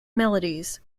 melodies